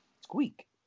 squeak